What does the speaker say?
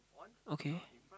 okay